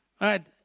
right